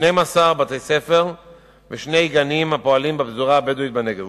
12 בתי-ספר ושני גנים הפועלים בפזורה הבדואית בנגב,